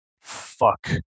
fuck